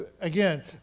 again